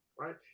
right